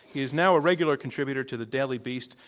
he is now a regular contributor to the daily beast.